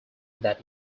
that